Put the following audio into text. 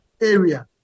area